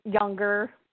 younger